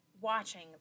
watching